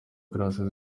gratien